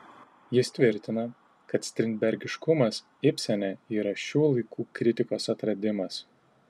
jis tvirtina kad strindbergiškumas ibsene yra šių laikų kritikos atradimas